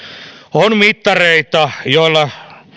on mittareita joilla